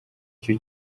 icyo